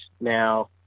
Now